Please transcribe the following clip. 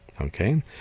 Okay